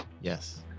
Yes